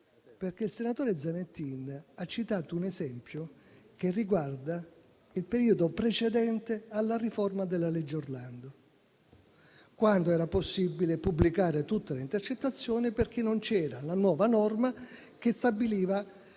perché il senatore Zanettin ha citato un esempio che riguarda il periodo precedente alla riforma della legge Orlando, quando era possibile pubblicare tutte le intercettazioni perché non c'era la nuova norma che stabiliva